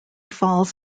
falls